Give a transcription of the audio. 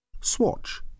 Swatch